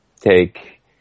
take